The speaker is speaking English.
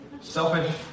Selfish